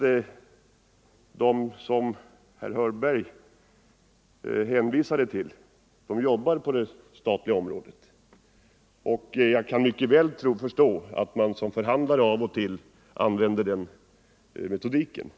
De ombudsmän som herr Hörberg hänvisade till arbetar inom det statliga området. Jag kan mycket väl förstå att man som förhandlare av och till använder den metodiken.